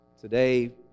today